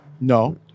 No